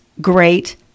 great